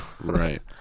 Right